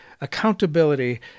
accountability